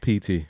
PT